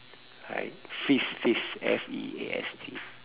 like feast feast F E A S T